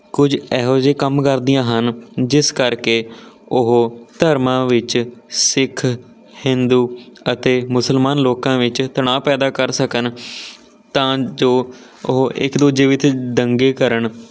ਕੁਝ ਇਹੋ ਜਿਹੇ ਕੰਮ ਕਰਦੀਆਂ ਹਨ ਜਿਸ ਕਰਕੇ ਉਹ ਧਰਮਾਂ ਵਿੱਚ ਸਿੱਖ ਹਿੰਦੂ ਅਤੇ ਮੁਸਲਮਾਨ ਲੋਕਾਂ ਵਿੱਚ ਤਨਾਅ ਪੈਦਾ ਕਰ ਸਕਣ ਤਾਂ ਜੋ ਉਹ ਇੱਕ ਦੂਜੇ ਵਿੱਚ ਦੰਗੇ ਕਰਨ